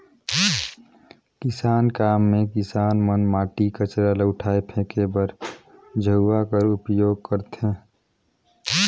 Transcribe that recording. किसानी काम मे किसान मन माटी, कचरा ल उठाए फेके बर झउहा कर उपियोग करथे